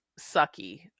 sucky